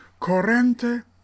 Corrente